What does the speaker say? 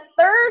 third